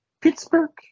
Pittsburgh